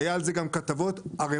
היו על זה גם כתבות ערמות,